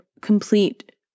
complete